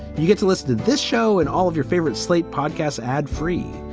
you get to listen to this show and all of your favorite slate podcasts ad free.